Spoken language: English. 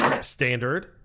standard